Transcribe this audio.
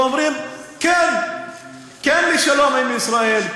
ואומרים "כן": כן לשלום עם ישראל,